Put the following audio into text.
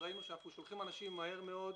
וראינו שאנחנו שולחים אנשים מהר מאוד,